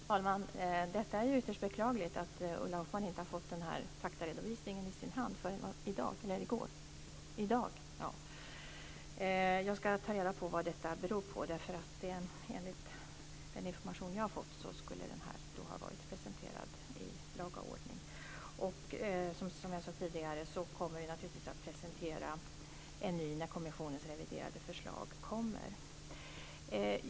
Fru talman! Det är ytterst beklagligt att Ulla Hoffmann inte har fått den här faktaredovisningen i sin hand förrän i dag. Jag ska ta reda på vad det beror på. Enligt den information som jag har fått skulle den ha presenterats i vederbörlig ordning. Som jag tidigare sade kommer vi naturligtvis att presentera en ny faktapromemoria när kommissionens reviderade förslag kommer.